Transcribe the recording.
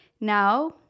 now